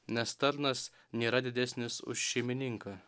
nes tarnas nėra didesnis už šeimininką